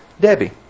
Debbie